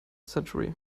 century